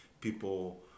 people